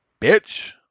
bitch